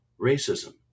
racism